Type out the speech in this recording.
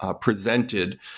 presented